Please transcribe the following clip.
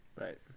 Right